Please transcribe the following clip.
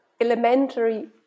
elementary